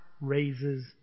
raises